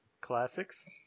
Classics